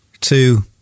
Two